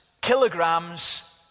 kilograms